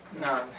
No